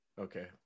Okay